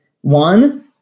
one